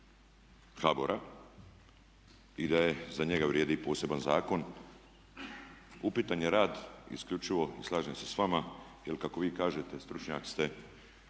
HBOR-a i da za njega vrijedi poseban zakon. Upitan je rad isključivo i slažem se s vama, jer kako vi kažete stručnjak ste,